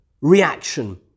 reaction